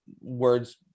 words